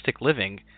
living